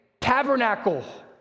tabernacle